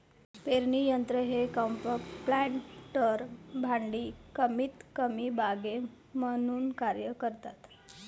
पेरणी यंत्र हे कॉम्पॅक्ट प्लांटर भांडी कमीतकमी बागे म्हणून कार्य करतात